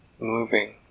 moving